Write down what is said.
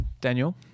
Daniel